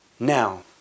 Now